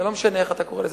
לא משנה איך אתה קורא לזה,